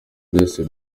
byahise